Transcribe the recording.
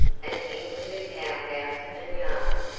and into the cow-house and yard,